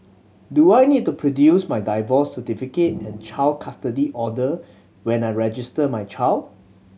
do I need to produce my divorce certificate and child custody order when I register my child